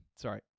Sorry